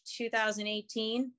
2018